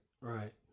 right